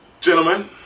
gentlemen